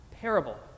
Parable